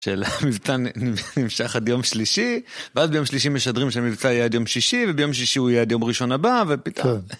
של המבצע נמשך עד יום שלישי ואז ביום שלישי משדרים שהמבצע יהיה עד יום שישי וביום שישי הוא יהיה עד יום ראשון הבא ופתאום.